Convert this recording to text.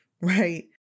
Right